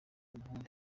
umuhungu